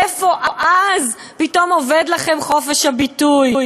איפה אז פתאום אובד לכם חופש הביטוי?